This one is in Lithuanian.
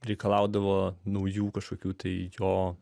reikalaudavo naujų kažkokių tai jo